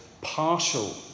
partial